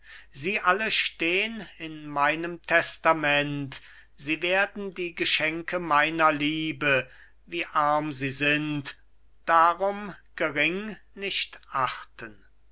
sie alle stehn in meinem testament sie werden die geschenke meiner liebe wie arm sie sind darum gering nicht achten